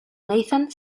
nathan